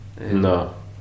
No